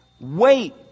wait